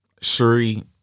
Shuri